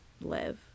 live